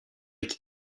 été